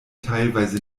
teilweise